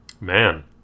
Man